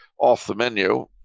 off-the-menu